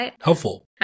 helpful